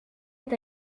est